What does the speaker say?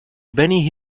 benny